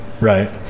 Right